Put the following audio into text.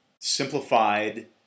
simplified